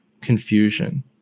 confusion